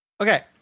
okay